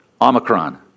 Omicron